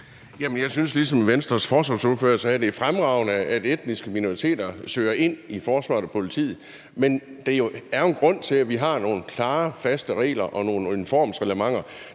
jeg synes, ligesom Venstres forsvarsordfører sagde, at det er fremragende, at etniske minoriteter søger ind i forsvaret og politiet, men der er jo en grund til, at vi har nogle klare, faste regler og nogle uniformsreglementer.